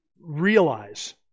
realize